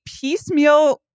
piecemeal